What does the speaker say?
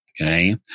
Okay